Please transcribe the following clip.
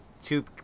two